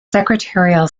secretarial